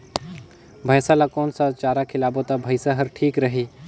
भैसा ला कोन सा चारा खिलाबो ता भैंसा हर ठीक रही?